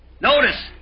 Notice